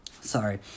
Sorry